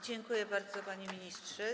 Dziękuję bardzo, panie ministrze.